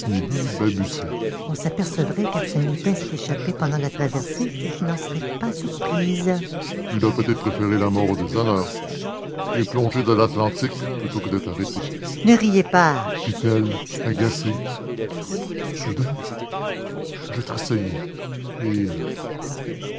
on s'apercevrait qu'arsène lupin s'est échappé pendant la traversée que je n'en serais pas surprise il a peut-être préféré la mort au déshonneur et plonger dans l'atlantique plutôt que d'être arrêté ne riez pas fit-elle agacée soudain je tressaillis et